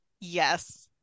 Yes